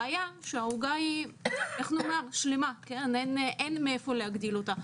הבעיה היא שהעוגה שלמה אין מאיפה להגדיל אותה.